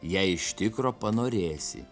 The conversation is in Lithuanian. jei iš tikro panorėsi